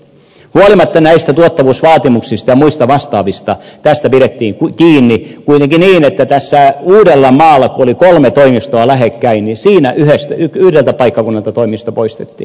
huolimatta näistä tuottavuusvaatimuksista ja muista vastaavista tästä pidettiin kiinni kuitenkin niin että tässä uudellamaalla kun oli kolme toimistoa lähekkäin yhdeltä paikkakunnalta toimisto poistettiin